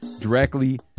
directly